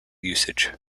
usage